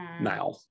Now